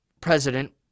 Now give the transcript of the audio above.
president